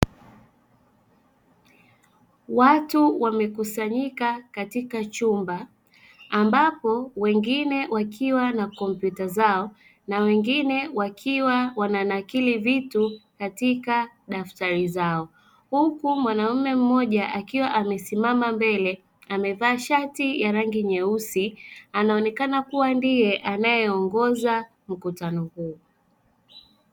Watu wamekusanyika katika chumba, ambapo wengine wakiwa na computer zao na wengine wakiwa wananakili vitu katika daftari zao, huku mwanamume mmoja akiwa amesimama mbele amevaa shati ya rangi nyeusi anaonekana kuwa ndiye anayeongoza mkutano huu.